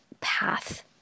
path